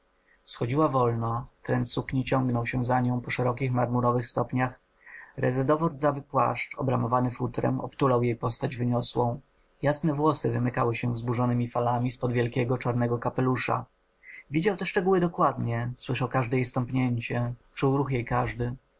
schodziła wolno tren sukni ciągnął się za nią po szerokich marmurowych stopniach rezedowo rdzawy płaszcz obramowany futrem obtulał jej postać wyniosłą jasne włosy wymykały się wzburzonemi falami z pod wielkiego czarnego kapelusza widział te szczegóły dokładnie słyszał każde jej stąpnięcie czuł ruch jej każdy